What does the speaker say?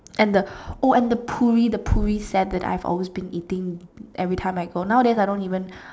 and the oh and the poori poori set that I've always been eating everytime I go nowadays I don't even